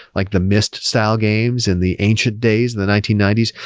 like the missed style games in the ancient days, the nineteen ninety s.